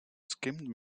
skimmed